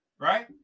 right